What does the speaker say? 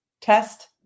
test